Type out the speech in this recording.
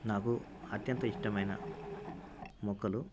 నాకు అత్యంత ఇష్టమైన మొక్కలు